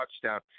touchdown